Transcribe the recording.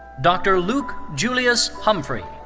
dr. luke julius humphrey.